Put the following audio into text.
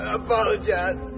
apologize